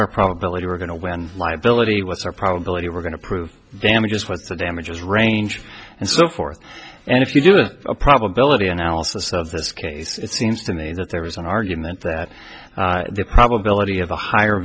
our probability we're going to win liability what's our probability we're going to prove damages what the damages range and so forth and if you give a probability analysis of this case it seems to me that there is an argument that the probability of a higher